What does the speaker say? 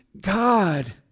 God